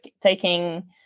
taking